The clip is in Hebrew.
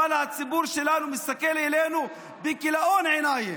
אבל הציבור שלנו מסתכל עלינו בכיליון עיניים.